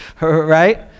right